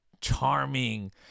charming